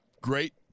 great